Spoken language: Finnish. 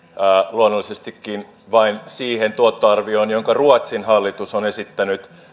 luonnollisestikin vain siihen tuottoarvioon jonka ruotsin hallitus on esittänyt